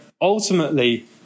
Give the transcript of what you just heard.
ultimately